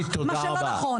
טלי, תודה רבה.